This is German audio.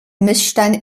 missstand